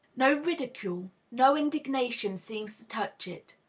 no ridicule, no indignation seems to touch it.